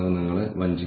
പാലിക്കലും സുരക്ഷയും